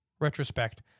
retrospect